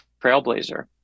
trailblazer